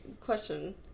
question